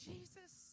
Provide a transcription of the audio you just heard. Jesus